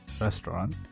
restaurant